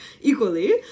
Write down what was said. equally